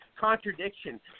contradiction